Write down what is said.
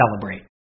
celebrate